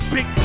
Big